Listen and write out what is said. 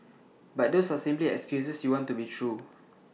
but those are simply excuses you want to be true